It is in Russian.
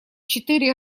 четыре